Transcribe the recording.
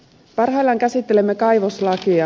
parhaillaan käsittelemme kaivoslakia